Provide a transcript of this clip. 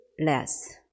less